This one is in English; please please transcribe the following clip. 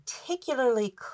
particularly